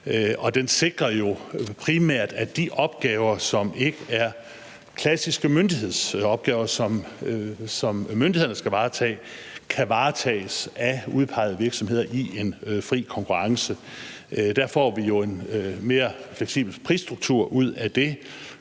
den sikrer primært, at de opgaver, som ikke er klassiske myndighedsopgaver, som myndighederne skal varetage, kan varetages af udpegede virksomheder i en fri konkurrence. Det får vi jo en mere fleksibel prisstruktur ud af,